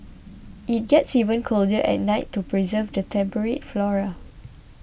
it gets even colder at night to preserve the temperate flora